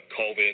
COVID